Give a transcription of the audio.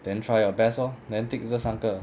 then try your best lor then tick 这三个